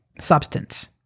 substance